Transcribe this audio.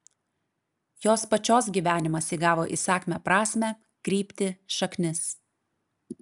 jos pačios gyvenimas įgavo įsakmią prasmę kryptį šaknis